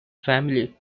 family